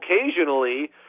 occasionally